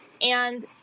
And-